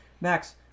Max